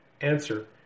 Answer